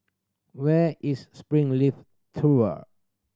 where is Springleaf Tool